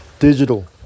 digital